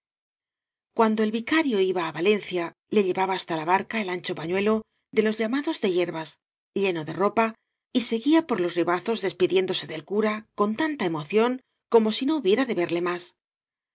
cuando el vicario iba á valencia le llevaba hasta la barca el ancho pañuelo de los llamados de hierbas lleno de ropa y seguía por los ribazos despidiéndose del cura con tanta emoción como si no hubiera de verle más